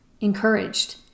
encouraged